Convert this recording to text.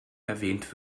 erwähnt